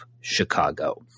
Chicago